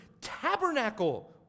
tabernacle